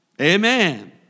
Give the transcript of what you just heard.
Amen